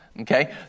okay